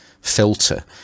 filter